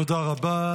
תודה רבה.